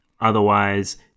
Otherwise